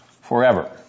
forever